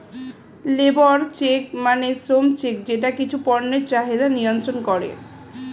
labour check মানে শ্রম check যেটা কিছু পণ্যের চাহিদা নিয়ন্ত্রন করে